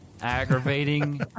aggravating